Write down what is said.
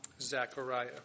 Zechariah